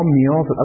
meals